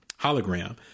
hologram